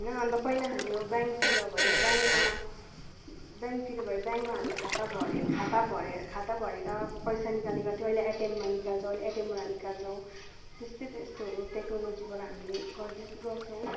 होइन अन्त पहिला हामी अब ब्याङ्कतिर भयो ब्याङ्कमा ब्याङ्कतिर भयो ब्याङ्कमा हामी खाता भरे खाता भरे खाता भरेर पैसा निकाल्ने गर्थ्यौँ अहिले एटिएममा निकाल्छौँ अहिले एटिएमबाट निकाल्छौँ त्यस्तै त्यस्तोहरू टेक्नोलोजीबाट हामीले गर्दै गर्छौँ